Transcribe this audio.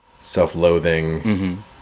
self-loathing